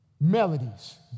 melodies